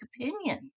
opinion